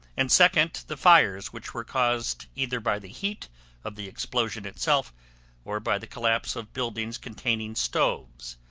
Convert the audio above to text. and, second, the fires which were caused either by the heat of the explosion itself or by the collapse of buildings containing stoves,